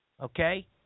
Okay